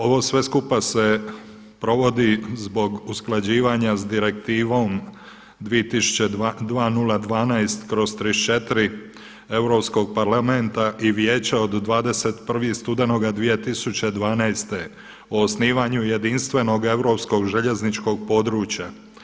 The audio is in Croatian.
Ovo sve skupa se provodi zbog usklađivanja Direktivom 2012/34 Europskog parlamenta i Vijeća od 21. studenoga 2012. o osnivanju jedinstvenog europskog željezničkog područja.